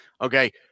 Okay